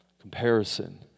Comparison